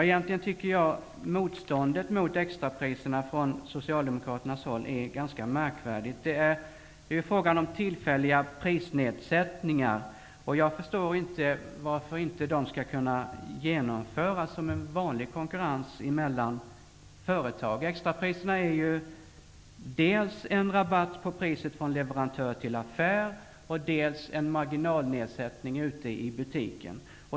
Egentligen tycker jag att socialdemokraternas motstånd mot extrapriserna är ganska märkvärdigt. Det är fråga om tillfälliga prisnedsättningar. Jag förstår inte varför inte de skall kunna genomföras som vanlig konkurrens mellan företag. Extrapriserna är dels en rabatt på priset från leverantör till affär, dels en marginalnedsättning ute i butiken.